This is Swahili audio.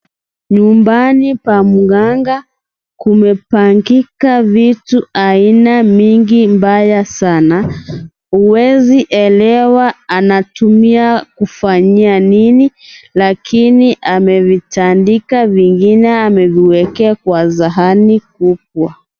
Nyumbani pa mganga kumepangika vitu aina nyingi mbaya sana huwezi elewa anatumia kufanyia nini lakini amevitandika vingine ameviwekea kwa zahani kubwa.